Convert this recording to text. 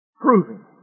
proving